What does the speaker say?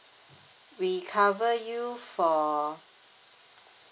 we cover you for